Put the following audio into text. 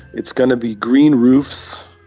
it's going to be green roofs,